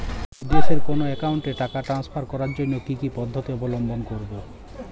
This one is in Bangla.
বিদেশের কোনো অ্যাকাউন্টে টাকা ট্রান্সফার করার জন্য কী কী পদ্ধতি অবলম্বন করব?